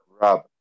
Rub